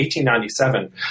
1897